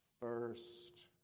first